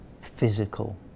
physical